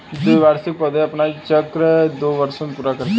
द्विवार्षिक पौधे अपना जीवन चक्र दो वर्ष में पूरा करते है